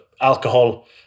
alcohol